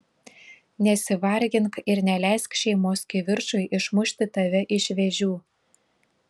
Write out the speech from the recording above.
nesivargink ir neleisk šeimos kivirčui išmušti tave iš vėžių